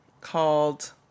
called